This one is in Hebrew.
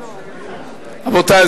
רבותי,